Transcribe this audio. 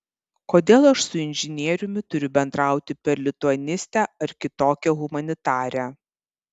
kodėl aš su inžinieriumi turiu bendrauti per lituanistę ar kitokią humanitarę